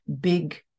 big